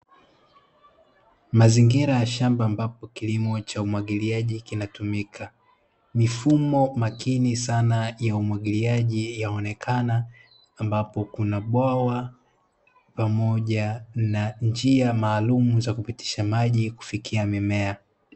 Mazingira ya shamba ambapo kilimo cha umwagiliaji kinatumika. Mifumo makini sana ya umwagiliaji yanaonekana ambapo kuna bwawa pamoja na njia maalumu ya kupitisha maji pamoja na mimea.